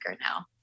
now